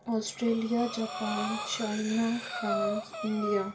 Australia Japan China France India